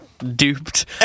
duped